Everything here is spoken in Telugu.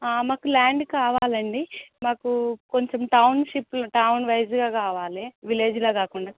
మాకు లాండ్ కావాలండి మాకు కొంచెం టౌన్షిప్లో టౌన్వైజగా కావాలి విలేజ్లో కాకుండా